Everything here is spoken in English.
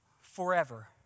forever